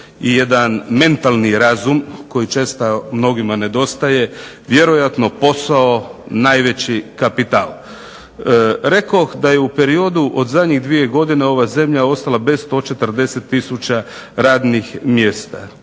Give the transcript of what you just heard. jedan mentalni razum koji često mnogima nedostaje vjerojatno posao najveći kapital. Rekoh da je u periodu od zadnje dvije godine ostala bez 140 tisuća radnih mjesta.